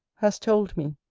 has told me,